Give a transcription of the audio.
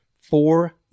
four